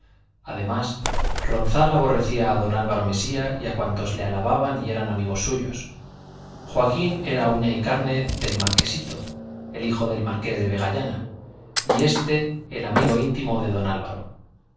además ronzal aborrecía a don álvaro mesía y a cuantos le alababan y eran amigos suyos joaquín era uña y carne del marquesito el hijo del marqués de vegallana y este el amigo íntimo de don álvaro